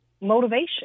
motivation